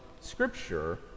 Scripture